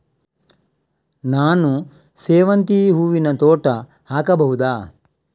ನಾನು ಸೇವಂತಿ ಹೂವಿನ ತೋಟ ಹಾಕಬಹುದಾ?